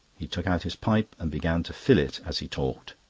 he took out his pipe and began to fill it as he talked.